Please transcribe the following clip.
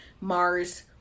Mars